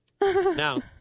Now